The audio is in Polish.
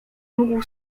mógł